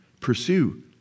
Pursue